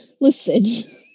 listen